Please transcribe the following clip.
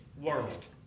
world